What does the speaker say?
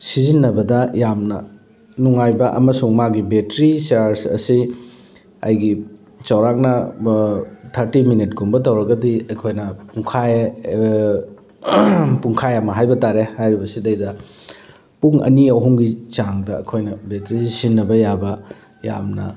ꯁꯤꯖꯤꯟꯅꯕꯗ ꯌꯥꯝꯅ ꯅꯨꯡꯉꯥꯏꯕ ꯑꯃꯁꯨꯡ ꯃꯥꯒꯤ ꯕꯦꯇ꯭ꯔꯤ ꯆꯥꯔꯁ ꯑꯁꯤ ꯑꯩꯒꯤ ꯆꯧꯔꯥꯛꯅ ꯊꯥꯔꯇꯤ ꯃꯤꯅꯤꯠꯀꯨꯝꯕ ꯇꯧꯔꯒꯗꯤ ꯑꯩꯈꯣꯏꯅ ꯄꯨꯡꯈꯥꯏ ꯄꯨꯡꯈꯥꯏ ꯑꯃ ꯍꯥꯏꯕ ꯇꯥꯔꯦ ꯍꯥꯏꯔꯤꯕꯁꯤꯗꯩꯗ ꯄꯨꯡ ꯑꯅꯤ ꯑꯍꯨꯝꯒꯤ ꯆꯥꯡꯗ ꯑꯩꯈꯣꯏꯅ ꯕꯦꯇ꯭ꯔꯤꯁꯤ ꯁꯤꯖꯤꯟꯅꯕ ꯌꯥꯕ ꯌꯥꯝꯅ